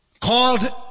called